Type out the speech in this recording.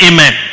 Amen